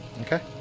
Okay